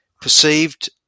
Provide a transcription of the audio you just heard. perceived